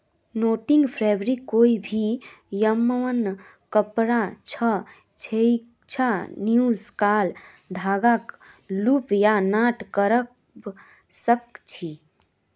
netting fabric कोई भी यममन कपड़ा छ जैइछा फ़्यूज़ क्राल धागाक लूप या नॉट करव सक छी